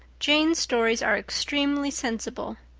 jane's stories are extremely sensible.